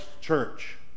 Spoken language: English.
church